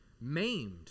maimed